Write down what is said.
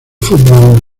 fútbol